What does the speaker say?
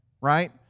Right